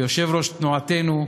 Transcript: ויושב-ראש תנועתנו,